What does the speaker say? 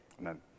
Amen